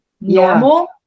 normal